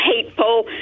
hateful